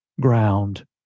ground